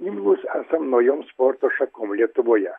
imlūs esam naujoms sporto šakom lietuvoje